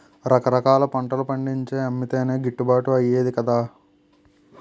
రకరకాల పంటలు పండించి అమ్మితేనే గిట్టుబాటు అయ్యేది కదా